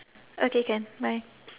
okay can bye